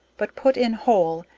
but put in whole,